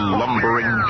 lumbering